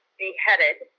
beheaded